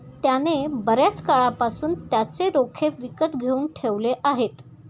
त्याने बर्याच काळापासून त्याचे रोखे विकत घेऊन ठेवले आहेत